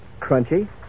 crunchy